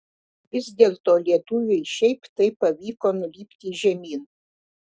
vis dėlto lietuviui šiaip taip pavyko nulipti žemyn